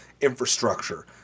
infrastructure